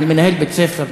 על מנהל בית-ספר,